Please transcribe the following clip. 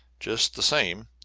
just the same,